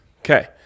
Okay